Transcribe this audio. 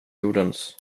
jordens